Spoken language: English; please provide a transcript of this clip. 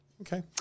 Okay